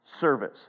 Service